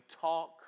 talk